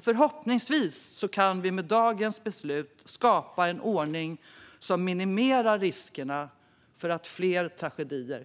Förhoppningsvis kan vi med dagens beslut skapa en ordning som minimerar risken för fler sådana tragedier.